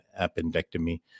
appendectomy